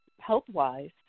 health-wise